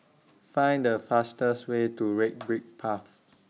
Find The fastest Way to Red Brick Path